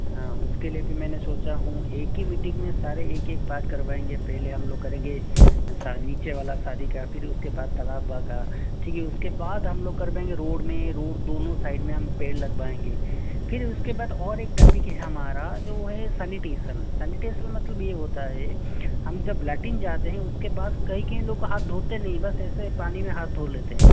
हाँ उसके लिए भी मैंने सोचा हूँ एक ही मीटिंग में सारे एक एक टास्क करवाएंगे पहले हम लोग करेंगे सा नीचे वाला शादी का फिर उसके बाद तालाब बा का ठीक है फिर उसके बाद हम लोग करेंगे रोड़ में रोड़ दोनों साइड में हम लोग पेड़ लगवाएंगे फिर उसके बाद और एक टापिक है हमारा जो है सनिटेसन सनिटेसन मतलब यह होता है हम जब लटिंग जाते हैं उसके बाद कईं कईं लोगों का हाथ धोते नहीं है बस ऐसा पानी में हाथ धो लेते हैं